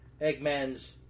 Eggman's